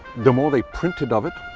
the more they printed of it,